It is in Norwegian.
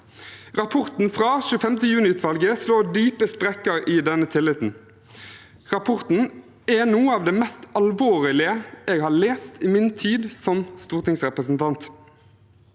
Rapporten fra 25. juni-utvalget slår dype sprekker i denne tilliten. Rapporten er noe av det mest alvorlige jeg har lest i min tid som stortingsrepresentant.